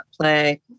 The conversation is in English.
play